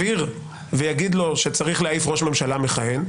עיר ויגיד לו שצריך להעיף ראש ממשלה מכהן.